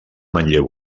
manlleu